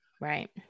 Right